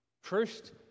First